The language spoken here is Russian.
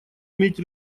иметь